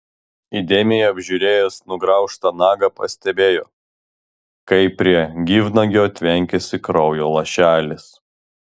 įdėmiai apžiūrėjęs nugraužtą nagą pastebėjo kaip prie gyvnagio tvenkiasi kraujo lašelis